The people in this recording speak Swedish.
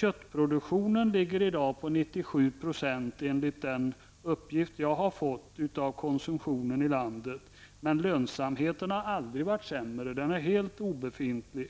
Köttproduktionen ligger i dag på 97 %, enligt den uppgift jag har fått om konsumtionen i landet, men lönsamheten har aldrig varit sämre. Den är helt obefintlig.